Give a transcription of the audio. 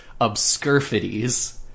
obscurfities